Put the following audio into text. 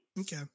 Okay